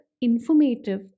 informative